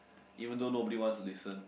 even though nobody wants listen